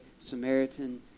Samaritan